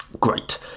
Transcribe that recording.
Great